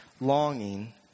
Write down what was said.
longing